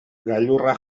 gailurra